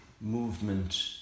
movement